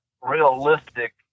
realistic